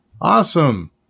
Awesome